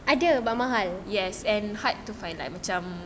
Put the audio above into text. ada but mahal